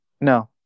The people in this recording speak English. No